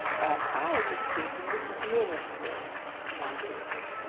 but i was speaking of ministers, my dear,